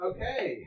Okay